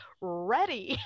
ready